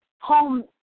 home